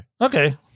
Okay